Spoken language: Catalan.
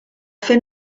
fer